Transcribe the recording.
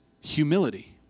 humility